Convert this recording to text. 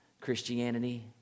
Christianity